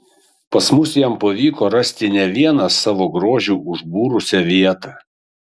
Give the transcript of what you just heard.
pas mus jam pavyko rasti ne vieną savo grožiu užbūrusią vietą